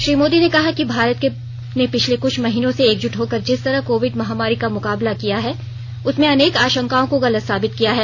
श्री मोदी ने कहा कि भारत ने पिछले कुछ महीनों से एकजुट होकर जिस तरह कोविड महामारी का मुकाबला किया है उसने अनेक आशंकाओं को गलत साबित किया है